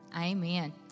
amen